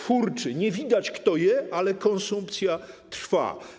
Furczy - nie widać kto je, ale konsumpcja trwa.